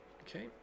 Okay